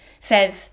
says